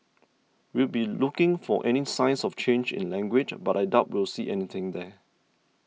we'll be looking for any signs of change in language but I doubt we'll see anything there